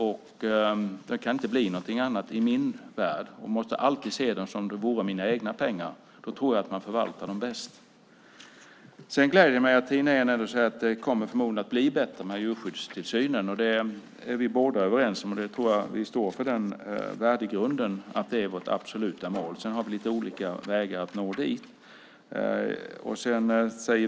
Det kan i min värld inte bli något annat. Jag måste alltid se dem som om de vore mina egna pengar. Då tror jag att man förvaltar dem bäst. Sedan gläder jag mig åt att Tina Ehn ändå säger att det förmodligen kommer att bli bättre med djurskyddstillsynen. Det är vi överens om, och jag tror att vi båda står för värdegrunden att det är vårt absoluta mål. Sedan har vi lite olika vägar att nå dit.